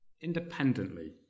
independently